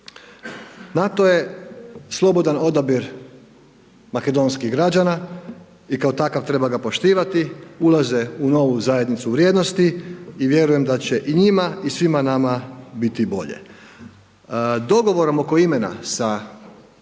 NATO je slobodan odabir makedonskih građana i kao takav treba ga poštivati, ulaze u novu zajednicu vrijednosti i vjerujem da će i njima i svima nama biti bolje.